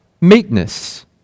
meekness